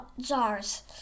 jars